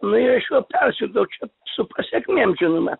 nu ir aš juo persirgau čia su pasekmėm žinoma